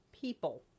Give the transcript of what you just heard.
People